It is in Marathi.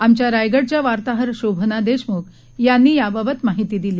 आमच्या रायगडच्या वार्ताहार शोभना देशमुख यांनी याबाबत माहिती दिली